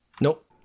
nope